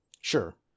Sure